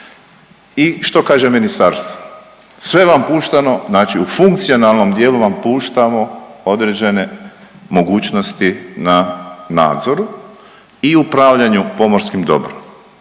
I što kaže ministarstvo? Sve vam je pušteno, znači u funkcionalnom dijelu vam puštamo određene mogućnosti na nadzoru i upravljanju pomorskim dobrom